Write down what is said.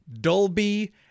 Dolby